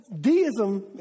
deism